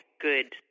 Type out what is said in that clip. good